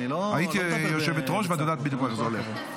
היית יושבת-ראש, ואת יודעת בדיוק איך זה הולך.